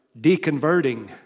deconverting